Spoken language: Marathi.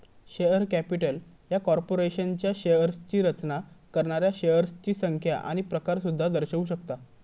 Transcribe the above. शेअर कॅपिटल ह्या कॉर्पोरेशनच्या शेअर्सची रचना करणाऱ्या शेअर्सची संख्या आणि प्रकार सुद्धा दर्शवू शकता